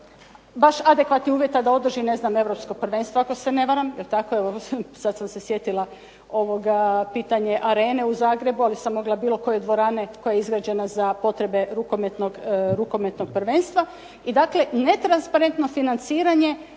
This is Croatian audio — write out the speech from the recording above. baš adekvatnih uvjeta da održi europsko prvenstvo ako se ne varam, jel tako sada sam se sjetila pitanje Arene u Zagrebu, ali i bilo koje dvorane koja je izgrađena za potrebe rukometnog prvenstva.